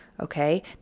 Okay